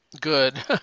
good